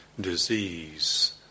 disease